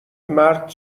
مرد